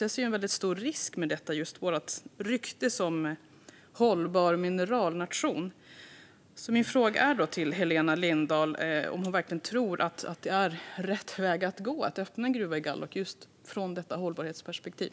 Jag ser en väldigt stor risk med detta, just för vårt rykte som hållbar mineralnation. Min fråga till Helena Lindahl är om hon verkligen tror att det är rätt väg att gå att öppna en gruva i Gállok, just från detta hållbarhetsperspektiv.